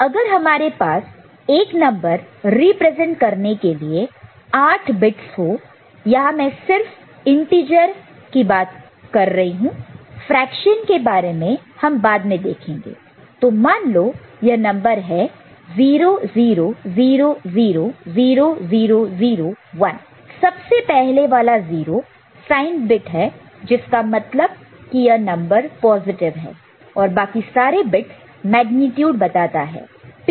अगर हमारे पास एक नंबर रिप्रेजेंट करने के लिए 8 बिट्स हो यहां मैं सिर्फ इंटीजर की बात हो रही है फ्रेक्शन के बारे में हम बाद में देखेंगे तो मान लो नंबर है 00000001 सबसे पहले वाला 0 साइन बिट है जिसका मतलब कि यह नंबर पॉजिटिव है और बाकी सारे बिट्स मेग्नीट्यूड बताता है